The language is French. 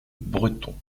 breton